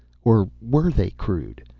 or were they crude?